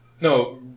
No